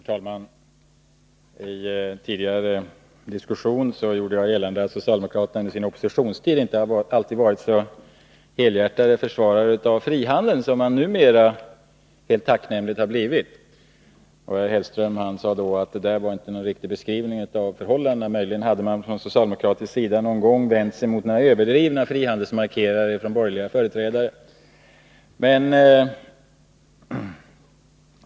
Herr talman! I den tidigare diskussionen gjorde jag gällande att socialdemokraterna under sin oppositionstid inte alltid så helhjärtat har försvarat frihandeln som de numera tacknämligt gör. Herr Hellström sade då att det inte var en riktig beskrivning av förhållandena. Möjligen hade man, enligt herr Hellström, från socialdemokratisk sida någon gång vänt sig mot överdrivna frihandelsmarkeringar från borgerliga företrädare.